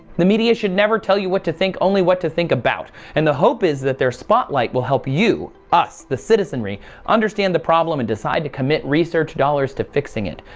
the media should never tell you what to think only what to think about. and the hope is that their spotlight will help you, us the citizenry understand the problem and decide to commit research dollars to fixing it.